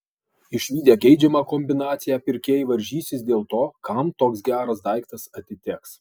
išvydę geidžiamą kombinaciją pirkėjai varžysis dėl to kam toks geras daiktas atiteks